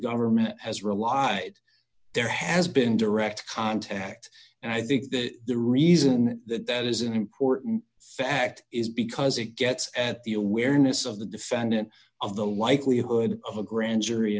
government has relied there has been direct contact and i think that the reason that that is an important fact is because it gets at the awareness of the defendant of the likelihood of a grand jury